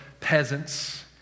peasants